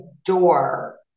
adore